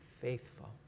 faithful